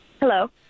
Hello